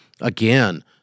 Again